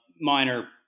minor